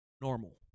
normal